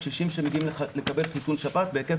הקשישים שמגיעים לקבל חיסון שפעת בהיקף